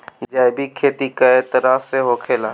जैविक खेती कए तरह के होखेला?